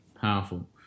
Powerful